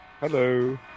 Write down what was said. Hello